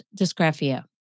dysgraphia